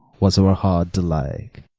was ever heard the like?